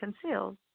concealed